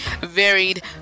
varied